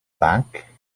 bank